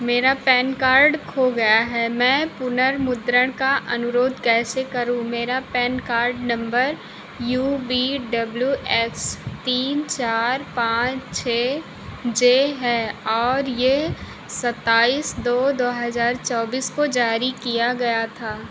मेरा PAN card खो गया है मैं पुनर्मुद्रण का अनुरोध कैसे करूँ मेरा PAN card number U V W X तीन चार पाँच छह जे है और यह सत्ताइस दो दो हज़ार चौबीस को जारी किया गया था